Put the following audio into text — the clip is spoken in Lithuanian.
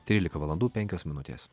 trylika valandų penkios minutės